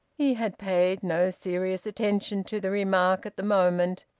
he had paid no serious attention to the remark at the moment,